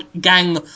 gang